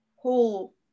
whole